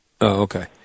okay